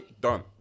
Done